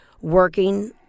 working